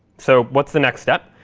so what's the next step?